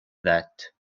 that